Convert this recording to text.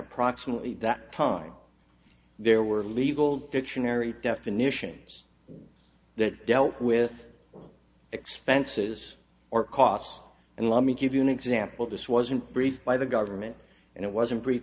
approximately that time there were legal dictionary definitions that dealt with expenses or costs and let me give you an example this wasn't briefed by the government and it wasn't ref